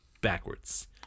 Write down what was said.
backwards